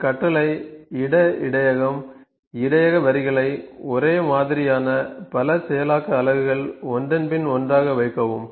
இந்த கட்டளை இட இடையகம் இடையக வரிகளை ஒரே மாதிரியான பல செயலாக்க அலகுகள் ஒன்றன்பின் ஒன்றாக வைக்கவும்